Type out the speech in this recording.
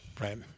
Right